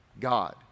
God